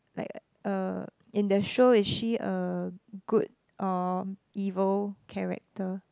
like uh in the show is she a good or evil character